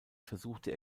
versuchte